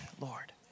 Lord